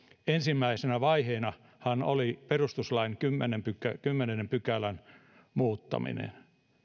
ensimmäisenä vaiheenahan oli perustuslain kymmenennen pykälän muuttaminen